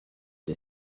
des